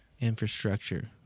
infrastructure